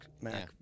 Mac